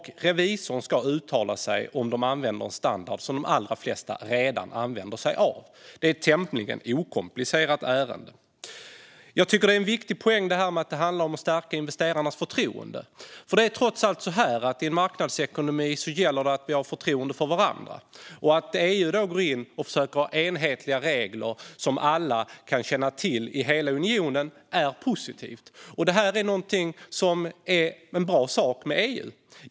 Revisorn ska uttala sig om huruvida de använder en standard som de allra flesta redan använder sig av. Det är ett tämligen okomplicerat ärende. Att stärka investerarnas förtroende är en viktig poäng. I en marknadsekonomi gäller det trots allt att vi har förtroende för varandra. Det är positivt att EU går in och försöker skapa enhetliga regler som alla i hela unionen kan känna till. Det är en bra sak med EU.